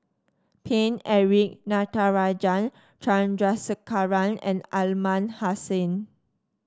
Paine Eric Natarajan Chandrasekaran and Aliman Hassan